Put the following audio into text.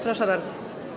Proszę bardzo.